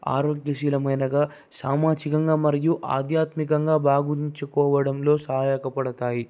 ఆరోగ్యశీలమయినదిగా సామాజికంగా మరియు ఆధ్యాత్మికంగా భావించుకోవడంలో సహాయపడతాయి